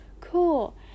Cool